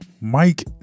Mike